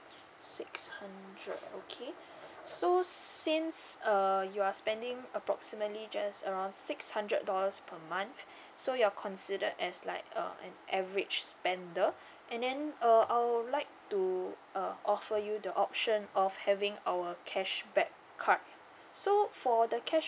six hundred okay so since uh you are spending approximately just around six hundred dollars per month so you're considered as like uh an average spender and then uh I would like to uh offer you the option of having our cashback card so for the cash